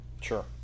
Sure